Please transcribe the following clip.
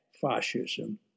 fascism